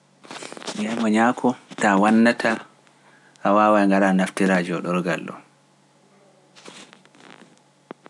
Mi wiyai mo ñaako, taa wannata, a waawa ngara naftira jooɗorgal ɗoon.